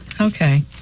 Okay